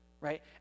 right